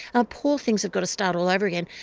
ah poor things have got to start all over again.